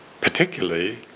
particularly